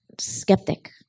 skeptic